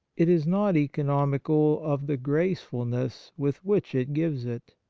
it is not economical of the gracefulness with which it gives it.